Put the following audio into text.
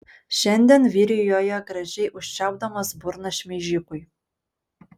šiandien vyrijoje gražiai užčiaupdamas burną šmeižikui